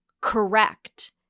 correct